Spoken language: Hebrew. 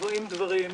עוברים דברים,